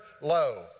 low